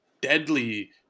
deadly